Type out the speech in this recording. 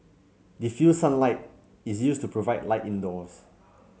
diffused sunlight is used to provide light indoors